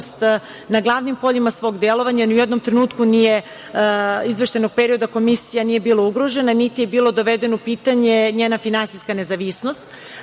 na glavnim poljima svog delovanja i ni u jednom trenutku izveštajnog perioda Komisija nije bila ugrožena, niti je bilo dovedena u pitanje njena finansijska nezavisnost.Međutim,